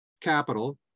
capital